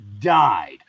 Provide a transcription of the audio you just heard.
died